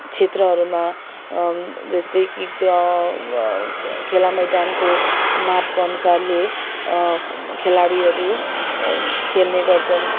क्षेत्रहरूमा जस्तै कि ग्र खेला मैदानको मापको अनुसारले खेलाडीहरू खेल्ने गर्छन्